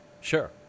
sure